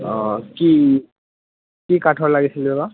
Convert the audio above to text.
অঁ কি কি কাঠৰ লাগিছিলে বা